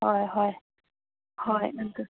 ꯍꯣꯏ ꯍꯣꯏ ꯍꯣꯏ